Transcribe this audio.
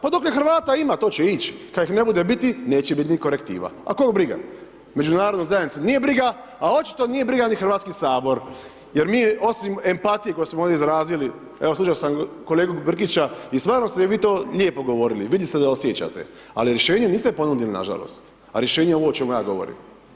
Pa dokle Hrvata ima, to će ići, kad ih ne bude biti, neće biti ni korektiva, ali koga briga, Međunarodnu zajednicu nije briga, a očito nije briga ni HS jer mi osim empatije koju smo ovdje izrazili, evo slušao sam kolegu Brkića i stvarno ste vi to lijepo govorili, vidi se da osjećate, ali rješenje niste ponudili, nažalost, a rješenje je ovo o čemu ja govorim.